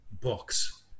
books